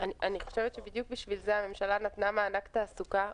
אני חושבת שבדיוק בשביל זה הממשלה נתנה מענק תעסוקה.